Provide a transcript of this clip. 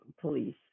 police